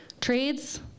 trades